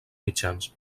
mitjans